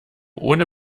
ohne